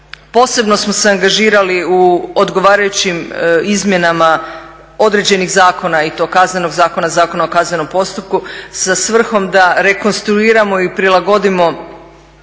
posebno smo se angažirali u odgovarajućim izmjenama određenih zakona i to Kaznenog zakona, Zakona o kaznenom postupku sa svrhom da rekonstruiramo i prilagodimo